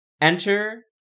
enter